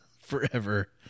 forever